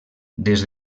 des